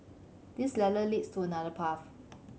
this ladder leads to another path